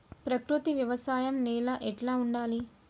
ప్రకృతి వ్యవసాయం నేల ఎట్లా ఉండాలి?